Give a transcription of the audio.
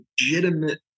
legitimate